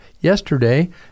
yesterday